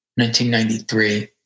1993